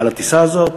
על הטיסה הזאת.